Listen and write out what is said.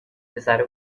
پسره